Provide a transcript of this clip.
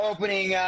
Opening